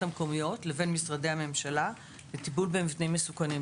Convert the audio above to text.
המקומיות לבין משרדי הממשלה לטיפול במבנים מסוכנים.